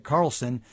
Carlson